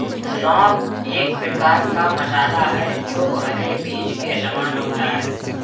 सौंफ एक प्रकार का मसाला है जो हरे बीज के समान होता है